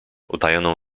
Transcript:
utajoną